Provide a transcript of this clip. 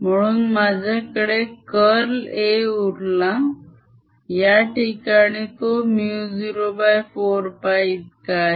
म्हणून माझ्याकडे curl A उरला याठिकाणी तो μ04π इतका आहे